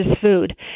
food